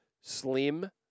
slim